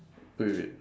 wait wait